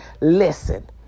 Listen